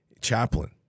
chaplain